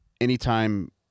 anytime